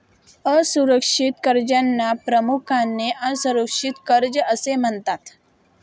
असुरक्षित कर्जांना प्रामुख्याने असुरक्षित कर्जे असे म्हणतात